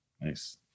Nice